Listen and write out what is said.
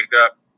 up